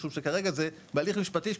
משום שכרגע זה בהליך משפטי.